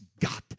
got